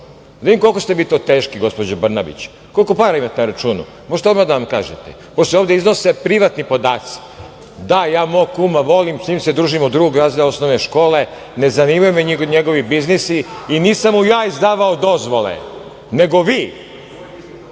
vidim koliko ste vi to teški, gospodo Brnabić, koliko para imate na računu, jel možete odmah da nam kažete? Ovde se iznose privatni podaci. Da, ja mog kuma volim i sa njim se družim od 2. razreda osnovne škole. Ne zanimaju me njegovi biznisi i nisam mu ja izdavao dozvole, nego vi